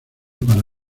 para